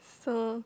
so